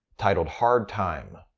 titled hard time.